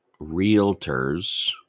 realtors